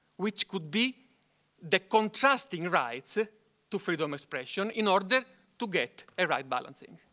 which could be the contrasting rights to freedom expression in order to get a right balancing.